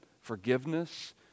forgiveness